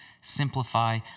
simplify